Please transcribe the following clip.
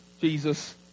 Jesus